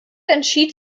entschied